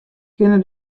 kinne